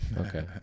okay